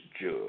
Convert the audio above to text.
judge